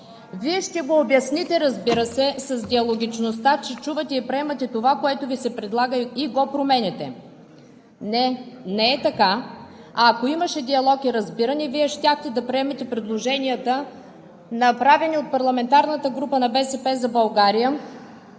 Вие ще го обясните, разбира се, с диалогичността, че чувате и приемате това, което Ви се предлага, и го променяте. Не, не е така. Ако имаше диалог и разбиране, Вие щяхте да приемете предложенията, направени от парламентарната група на „БСП за България“,